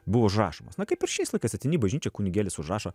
buvo užrašomos na kaip ir šiais laikais ateini į bažnyčią kunigėlis užrašo